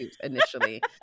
initially